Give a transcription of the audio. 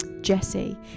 jesse